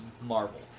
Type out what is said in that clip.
Marvel